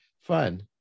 fun